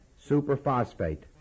superphosphate